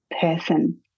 person